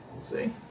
see